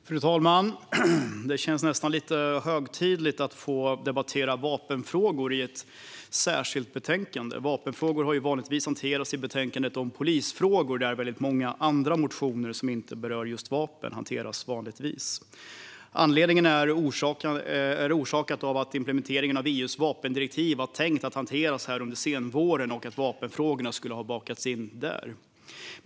Fru talman! Det känns nästan lite högtidligt att få debattera vapenfrågor i ett särskilt betänkande. Vapenfrågor har vanligtvis hanterats i betänkandet om polisfrågor, där väldigt många motioner som inte berör vapen hanteras. Anledningen är att implementeringen av EU:s vapendirektiv var tänkt att hanteras här under senvåren och att vapenfrågorna skulle ha bakats in där.